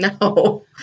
No